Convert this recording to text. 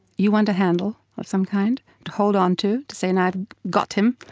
you want a handle of some kind to hold on to, to say, now i've got him.